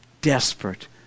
desperate